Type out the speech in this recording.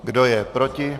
Kdo je proti?